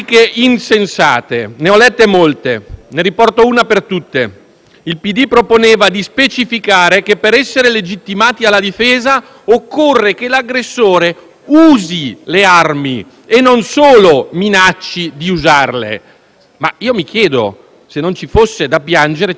La verità è che il testo è equilibrato e le critiche provenienti da destra e da sinistra lo testimoniano. La legittima difesa sussiste sempre quando viene violata la sacralità della casa familiare, luogo in cui ciascuno di noi ha il diritto di sentirsi al sicuro.